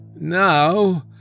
Now